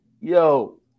yo